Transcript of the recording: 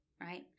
Right